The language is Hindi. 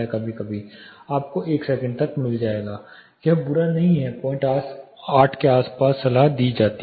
कभी कभी आपको 1 सेकंड मिल जाएगा यह बुरा नहीं है कहीं 08 के आसपास सलाह दी जाती है